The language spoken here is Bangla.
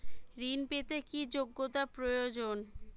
ঋণ পেতে কি যোগ্যতা প্রয়োজন?